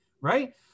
right